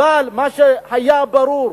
אבל מה שהיה ברור,